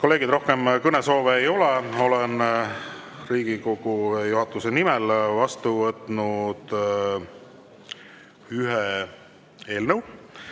kolleegid, rohkem kõnesoove ei ole. Olen Riigikogu juhatuse nimel vastu võtnud ühe eelnõu